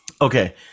Okay